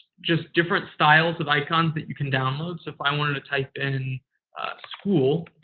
just different styles of icons that you can download. so, if i wanted to type in school,